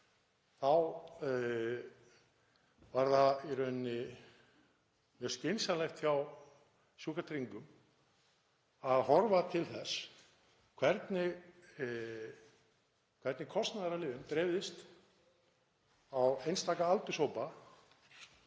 þá var það í rauninni mjög skynsamlegt hjá Sjúkratryggingum að horfa til þess hvernig kostnaður af lyfjum dreifðist á einstaka aldurshópa